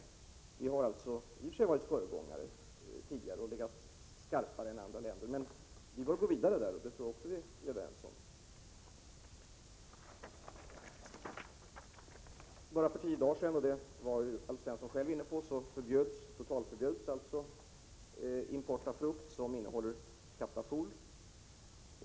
Sverige har alltså varit föregångare och skarpare än andra länder, men att vi bör gå vidare tror jag också vi är överens om. Så sent som för tio dagar sedan — detta var Alf Svensson själv inne på — totalförbjöds import av frukt som innehåller kaptafol.